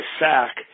sack